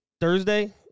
Thursday